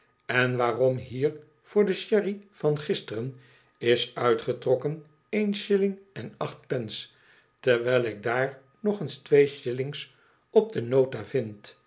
en waarom hier voor de sherry van gisteren is uitgetrokken een shilling en acht pence terwijl ik daar nog eens twee shillings op de nota vind